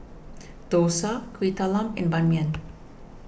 Dosa Kuih Talam and Ban Mian